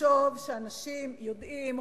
לחשוב שאנשים יודעים,